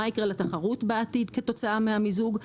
מה יקרה לתחרות בעתיד כתוצאה מהמיזוג,